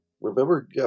remember